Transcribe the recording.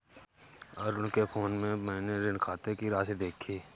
अरुण के फोन में मैने ऋण खाते की राशि देखी